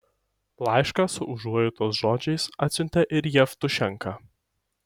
laišką su užuojautos žodžiais atsiuntė ir jevtušenka